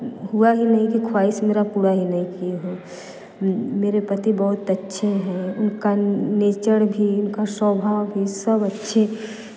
हुआ ही नहीं कि ख़्वाहिश मेरा पूरा ही नहीं किए हों मेरे पति बहुत अच्छे हैं उनका नेचर भी उनका स्वभाव भी सब अच्छे